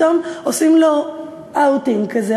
פתאום עושים לו "אאוטינג" כזה,